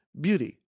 beauty